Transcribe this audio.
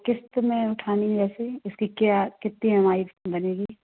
किस्त में उठानी है वैसे इसकी क्या कितनी एम आई बनेगी